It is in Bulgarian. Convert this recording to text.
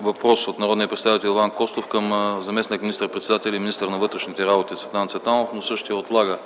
въпрос от народния представител Иван Костов към заместник министър-председателя и министър на вътрешните работи Цветан Цветанов, но същият отлага